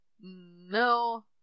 No